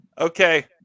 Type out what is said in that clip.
Okay